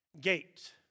Gate